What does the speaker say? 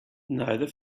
neither